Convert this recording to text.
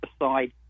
aside